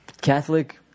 Catholic